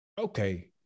okay